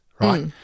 right